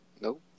Nope